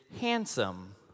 handsome